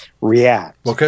react